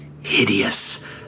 hideous